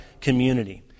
community